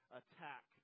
attack